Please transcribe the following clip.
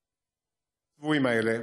לא כמו הצבועים האלה,